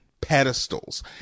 pedestals